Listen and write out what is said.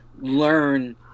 learn